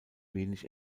wenig